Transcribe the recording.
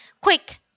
Quick